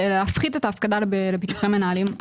להפחית את ההפקדה לביטוחי מנהלים,